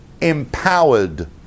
empowered